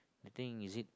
I think is it